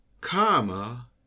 Comma